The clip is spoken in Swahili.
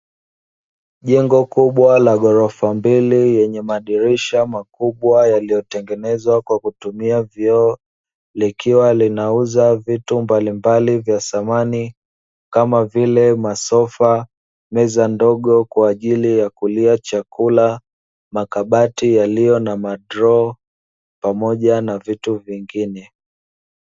Jengo kubwa la ghorofa mbili yenye madirisha makubwa, yaliyotengenezwa kwa kutumia vioo, likiwa linauza vitu mbalimbali vya samani, kama vile masofa, meza ndogo kwa ajili ya kulia chakula, makabati yaliyo na madroo, pamoja na vitu vingine.